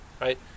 right